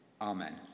Amen